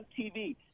TV